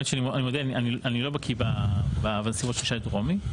אני מודה שאני לא בקי בנסיבות של שי דרומי.